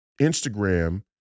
Instagram